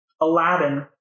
Aladdin